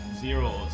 zeros